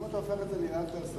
אם אתה הופך את זה לעניין פרסונלי,